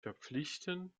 verpflichten